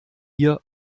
hier